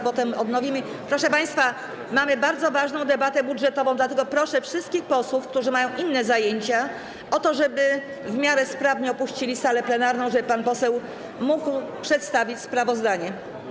Proszę państwa, mamy bardzo ważną debatę budżetową, dlatego proszę wszystkich posłów, którzy mają inne zajęcia, o to, żeby w miarę sprawnie opuścili salę plenarną, tak żeby pan poseł mógł przedstawić sprawozdanie.